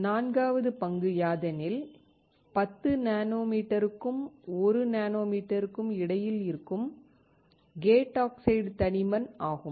நான்காவது பங்கு யாதெனில் 10 நானோமீட்டருக்கும் 1 நானோமீட்டருக்கும் இடையில் இருக்கும் கேட் ஆக்சைடு தடிமன் ஆகும்